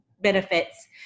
benefits